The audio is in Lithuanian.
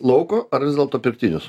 lauko ar vis dėlto pirktinius